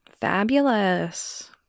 Fabulous